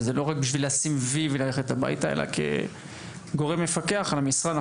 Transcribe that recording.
וזה לא רק בשביל לשים וי וללכת הביתה אלא כגורם מפקח על המשרד,